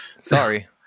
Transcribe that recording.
Sorry